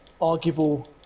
arguable